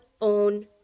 own